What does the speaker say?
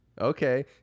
Okay